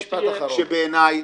בעיני,